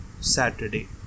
Saturday